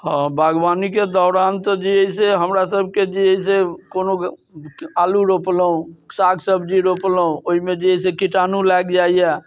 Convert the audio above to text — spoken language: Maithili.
हँ बागवानीके दौरान तऽ जे अइ से हमरा सबके जे अइ से कोनो आलू रोपलहुँ साग सब्जी रोपलहुँ ओइमे जे है से कीटाणु लागि जाइए